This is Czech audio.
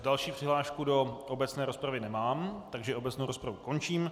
Další přihlášku do obecné rozpravy nemám, takže obecnou rozpravu končím.